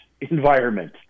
environment